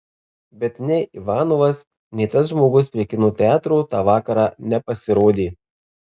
bet nei ivanovas nei tas žmogus prie kino teatro tą vakarą nepasirodė